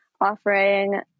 offering